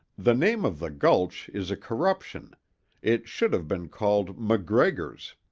the name of the gulch is a corruption it should have been called macgregor's.